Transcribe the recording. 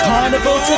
Carnival